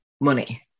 money